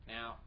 Now